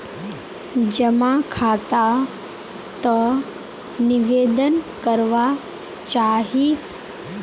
जमा खाता त निवेदन करवा चाहीस?